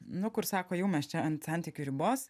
nu kur sako jau mes čia ant santykių ribos